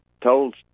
told